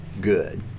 good